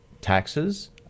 taxes